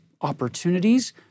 opportunities